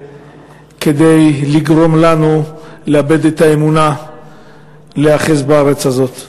כדי לגרום לנו לאבד את האמונה בלהיאחז בארץ הזאת.